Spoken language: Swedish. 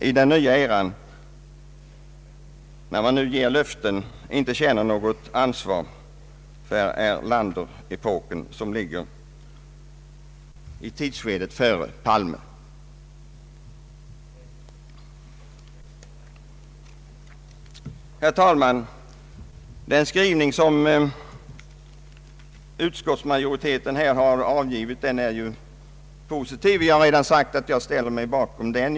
I den nya eran med de löften som ges känner man tydligen inte ansvar för Erlanderepoken. Utskottsmajoritetens skrivning är positiv, och jag har redan sagt att jag ställer mig bakom den.